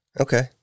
Okay